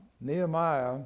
Nehemiah